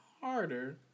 harder